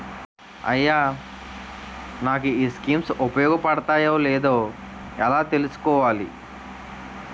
అయ్యా నాకు ఈ స్కీమ్స్ ఉపయోగ పడతయో లేదో ఎలా తులుసుకోవాలి?